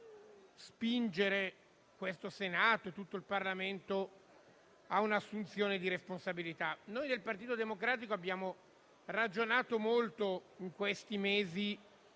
spingere il Senato e tutto il Parlamento a un'assunzione di responsabilità. Noi del Partito Democratico abbiamo ragionato molto in questi mesi